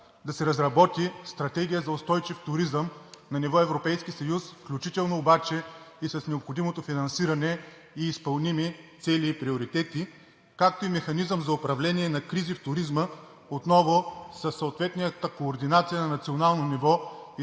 да се разработи Стратегия за устойчив туризъм на ниво Европейски съюз, включително обаче с необходимото финансиране и изпълнимите цели и приоритети, както и механизъм за управление на кризи в туризма отново със съответната координация на национално ниво и